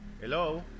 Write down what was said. Hello